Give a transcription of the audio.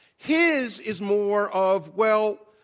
his is more of, well,